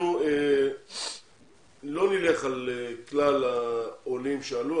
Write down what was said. אנחנו לא נלך על כלל העולים שעלו,